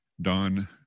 Don